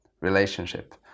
relationship